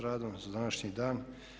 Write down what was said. radom za današnji dan.